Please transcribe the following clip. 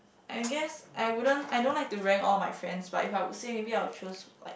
I guess I wouldn't I don't like to rank all my friends but if I would say maybe I will choose like